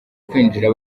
kwinjira